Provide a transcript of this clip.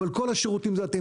אבל כל השירותים זה אתם,